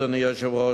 אדוני היושב-ראש,